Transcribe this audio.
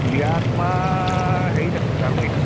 বিয়া তোমাৰ হেৰিত আছে জানুৱাৰীত